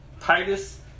Titus